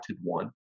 one